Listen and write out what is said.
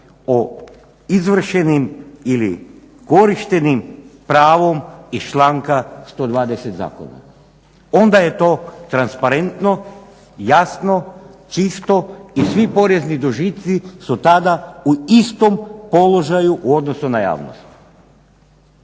o izvršenim ili korištenim pravom iz članka 120. zakona. Onda je to transparentno, jasno, čisto i svi porezni dužnici su tada u istom položaju u odnosu na javnost.